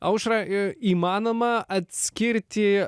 aušra i įmanoma atskirti